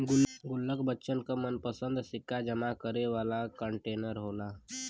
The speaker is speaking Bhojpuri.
गुल्लक बच्चन क मनपंसद सिक्का जमा करे वाला कंटेनर होला